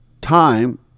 time